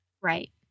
Right